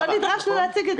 אבל לא נדרשנו להציג את זה.